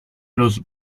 los